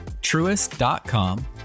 truest.com